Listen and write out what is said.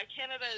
Canada